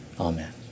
Amen